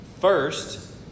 First